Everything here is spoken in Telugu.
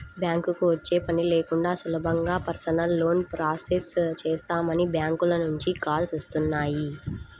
బ్యాంకుకి వచ్చే పని లేకుండా సులభంగా పర్సనల్ లోన్ ప్రాసెస్ చేస్తామని బ్యాంకుల నుంచి కాల్స్ వస్తున్నాయి